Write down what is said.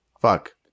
Fuck